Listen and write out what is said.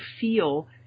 feel